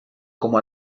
como